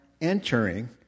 entering